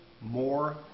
more